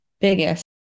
biggest